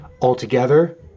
altogether